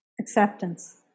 acceptance